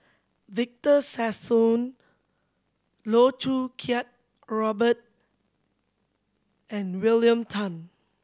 Victor Sassoon Loh Choo Kiat Robert and William Tan